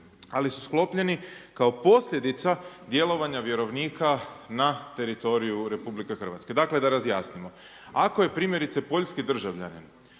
ali su sklopljeni kao posljedica djelovanja vjerovnika na teritoriju RH. Dakle, da razjasnimo. Ako je primjerice poljski državljanin